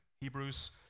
Hebrews